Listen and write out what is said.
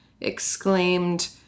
Exclaimed